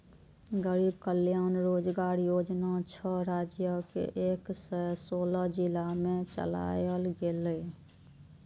गरीब कल्याण रोजगार योजना छह राज्यक एक सय सोलह जिला मे चलायल गेलै